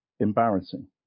Embarrassing